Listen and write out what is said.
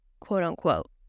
quote-unquote